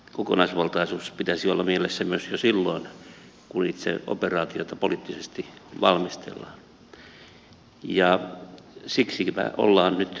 kokonaisvaltaisuuden pitäisi olla mielessä myös jo silloin kun itse operaatiota poliittisesti valmistellaan ja siksipä ollaan nyt tässä